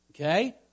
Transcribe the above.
Okay